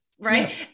right